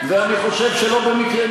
ואני חושב שלא במקרה,